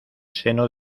seno